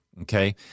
okay